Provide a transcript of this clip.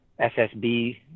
SSB